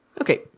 Okay